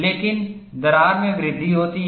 लेकिन दरार में वृद्धि होती है